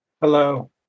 Hello